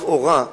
לכאורה,